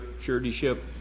suretyship